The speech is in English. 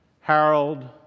Harold